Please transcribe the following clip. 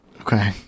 Okay